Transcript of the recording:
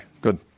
good